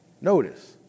Notice